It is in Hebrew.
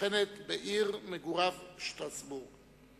השוכנת בעיר מגוריו שטרסבורג.